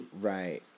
Right